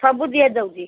ସବୁ ଦିଆ ଯାଉଛି